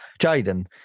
Jaden